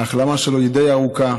ההחלמה שלו היא די ארוכה.